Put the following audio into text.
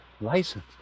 license